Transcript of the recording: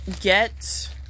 get